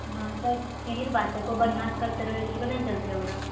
हँ तब यही नऽ बात छै कोइ बढ़िया से नै ने चलतै ओकरा